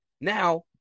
Now